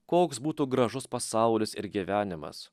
koks būtų gražus pasaulis ir gyvenimas